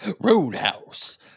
Roadhouse